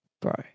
bro